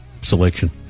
selection